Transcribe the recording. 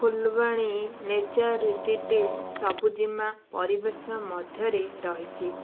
Phulbani nature retreat ସବୁଜିିମା ପରିବେଶ ମଧ୍ୟରେ ରହିଛି